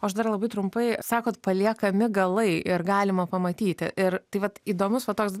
o aš dar labai trumpai sakot paliekami galai ir galima pamatyti ir tai vat įdomus va toks